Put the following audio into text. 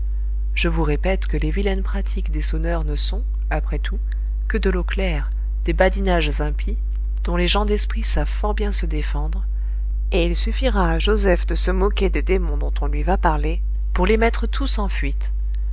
je vous répète que les vilaines pratiques des sonneurs ne sont après tout que de l'eau claire des badinages impies dont les gens d'esprit savent fort bien se défendre et il suffira à joseph de se moquer des démons dont on lui va parler pour les mettre tous en fuite